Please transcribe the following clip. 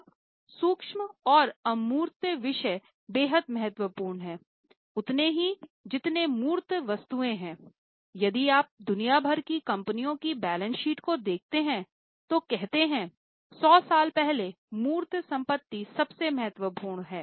अब सूक्ष्म और अमूर्त विषय बेहद महत्वपूर्ण हैं उतने ही जितने मूर्त वस्तुएँ हैं यदि आप दुनिया भर की कंपनियों की बैलेंस शीट को देखते हैं तो कहते हैं 100 साल पहले मूर्त संपत्ति सबसे महत्वपूर्ण है